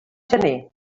gener